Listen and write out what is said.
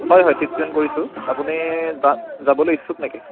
হয় হয় ট্ৰিটমেণ্ট কৰিছোঁ আপুনি যা যাবলৈ ইচ্ছুক নেকি